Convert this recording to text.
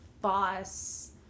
boss